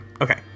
Okay